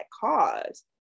cause